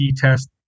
test